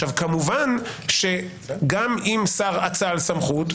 כמובן גם אם שר אצל סמכות,